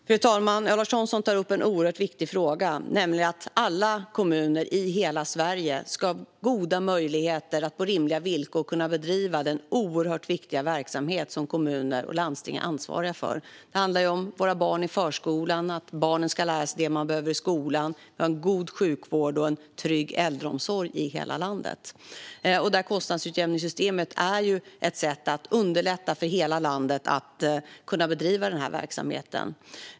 Fru talman! Lars Thomsson tar upp en oerhört viktig fråga, nämligen att alla kommuner i hela Sverige ska ha goda möjligheter att på rimliga villkor bedriva den oerhört viktiga verksamhet som kommuner och landsting är ansvariga för. Det handlar om våra barn i förskolan, att barnen ska lära sig vad de behöver i skolan, en god sjukvård och en trygg äldreomsorg i hela landet. Kostnadsutjämningssystemet är ett sätt att underlätta för hela landet att bedriva verksamheten.